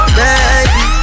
baby